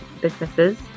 businesses